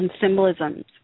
symbolisms